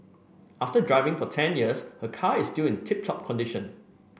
after driving for ten years her car is still in tip top condition